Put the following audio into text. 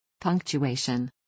Punctuation